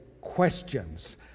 questions